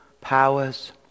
powers